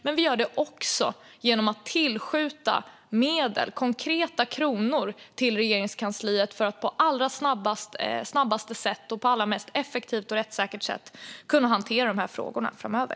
Men vi gör det också genom att tillskjuta medel, konkreta kronor, till Regeringskansliet för att man på det allra snabbaste sättet och på det allra mest effektiva och rättssäkra sättet ska kunna hantera dessa frågor framöver.